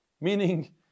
meaning